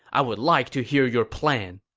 i would like to hear your plan.